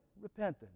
repentance